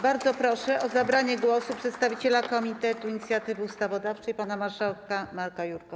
Bardzo proszę o zabranie głosu przedstawiciela Komitetu Inicjatywy Ustawodawczej pana marszałka Marka Jurka.